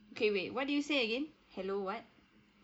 okay wait what did you say again hello what